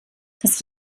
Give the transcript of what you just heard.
das